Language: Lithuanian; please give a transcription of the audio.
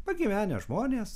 pagyvenę žmonės